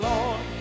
Lord